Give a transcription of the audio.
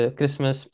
Christmas